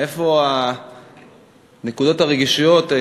איפה הנקודות הרגישות,